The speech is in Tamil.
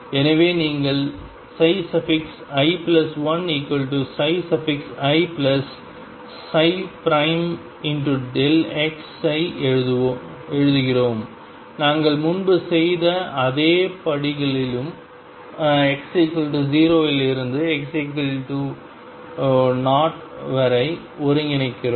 எனவே நீங்கள் i1i x ஐ எழுதுகிறோம் நாங்கள் முன்பு செய்த அனைத்து படிகளும் x0 இலிருந்து x0 வரை ஒருங்கிணைக்கிறோம்